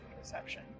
perception